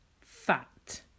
fat